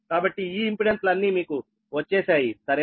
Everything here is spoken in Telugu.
కాబట్టి ఈ ఇంపెడెన్స్ లు అన్నీ మీకు వచ్చేశాయి సరేనా